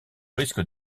risque